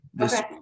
Okay